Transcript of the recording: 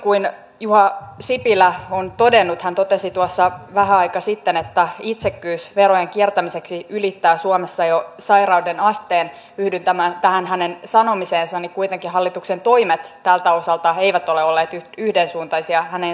kun juha sipilä on todennut hän totesi tuossa vähän aikaa sitten että itsekkyys verojen kiertämiseksi ylittää suomessa jo sairauden asteen yhdyn tähän hänen sanomiseensa niin kuitenkaan hallituksen toimet tältä osalta eivät ole olleet yhdensuuntaisia hänen sanojensa kanssa